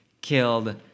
killed